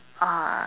uh